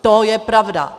To je pravda.